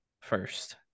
first